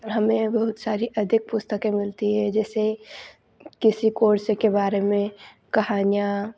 हमें बहुत सारी अधिक पुस्तकें मिलती हैं जैसे किसी कोर्स के बारे में कहानियाँ